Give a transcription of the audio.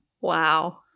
Wow